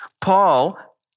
paul